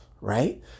right